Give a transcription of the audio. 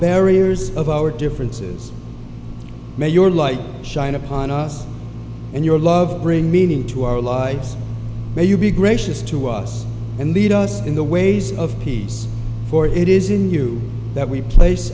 barriers of our differences may your light shine upon us and your love bring meaning to our lives may you be gracious to us and lead us in the ways of peace for it is in you that we place